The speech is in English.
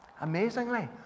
Amazingly